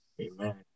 Amen